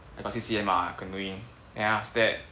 I got C_C_A mah canoeing then after that